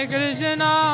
Krishna